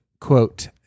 quote